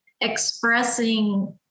expressing